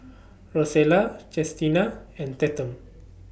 Rosella Chestina and Tatum